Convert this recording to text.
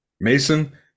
Mason